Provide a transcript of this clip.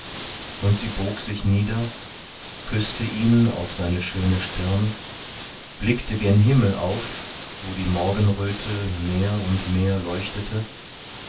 und sie bog sich nieder küßte ihn auf seine schöne stirn blickte gen himmel auf wo die morgenröte mehr und mehr leuchtete